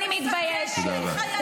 אני מתביישת לשמוע אותך.